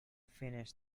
finished